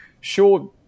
sure